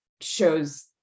shows